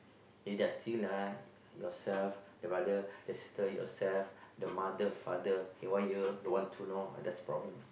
if they are still yourself ah your brother your sister yourself the mother father haywire don't want to know ah that's a problem